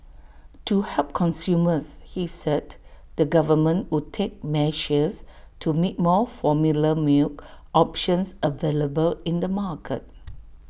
to help consumers he said the government would take measures to make more formula milk options available in the market